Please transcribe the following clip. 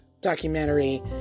documentary